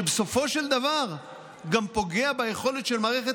שבסופו של דבר גם פוגע ביכולת של מערכת